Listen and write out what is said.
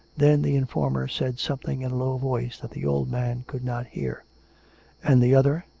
then the informer said some thing in a low voice that the old man could not hear and the other,